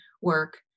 work